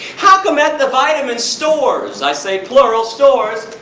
how come at the vitamin stores, i say plural, stores,